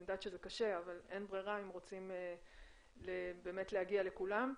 אני יודעת שזה קשה אבל אין ברירה אם רוצים באמת להגיע לכולם.